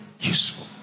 useful